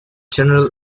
general